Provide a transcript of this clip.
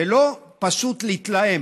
ולא פשוט להתלהם.